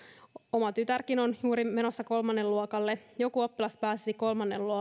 oma tytärkin on juuri menossa kolmannelle luokalle pääsisi kolmannelle